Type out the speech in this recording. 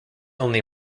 only